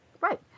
Right